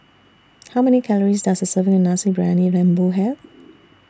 How Many Calories Does A Serving of Nasi Briyani Lembu Have